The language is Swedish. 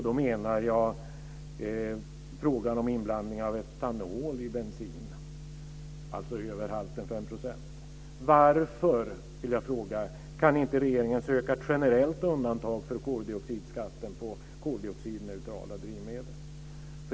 Då menar jag frågan om inblandning av etanol i bensin över halten 5 %. Varför kan inte regeringen söka ett generellt undantag för koldioxidskatten på koldioxidneutrala drivmedel?